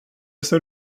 ser